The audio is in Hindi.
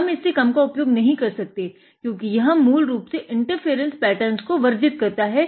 हम इससे कम का उपयोग नही कर सकते क्योंकि यह मूल रूप से इंटरफियरेन्स पैटर्न्स को वर्जित करता है